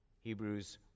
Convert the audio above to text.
Hebrews